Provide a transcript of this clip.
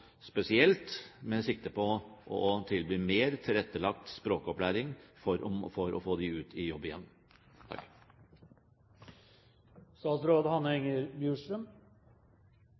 spesielt, med sikte på å tilby mer tilrettelagt språkopplæring for å få dem ut i jobb igjen.